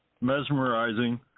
mesmerizing